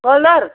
colour